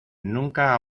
nunca